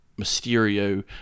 Mysterio